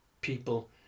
people